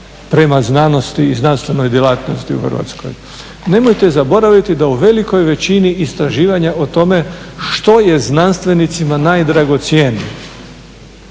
prema znanosti i znanstvenoj djelatnosti u Hrvatskoj. Nemojte zaboraviti da u velikoj većini istraživanja o tome što je znanstvenicima najdragocjenije